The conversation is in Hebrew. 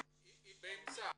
היא באמצע.